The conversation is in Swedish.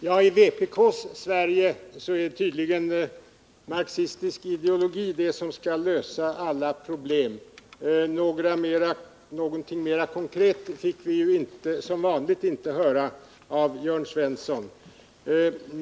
Herr talman! I vpk:s Sverige skall tydligen en marxistisk ideologi lösa alla problem. Något konkret fick vi som vanligt inte höra av Jörn Svensson.